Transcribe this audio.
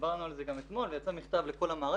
דיברנו על זה גם אתמול ויצא מכתב לכל המערכת,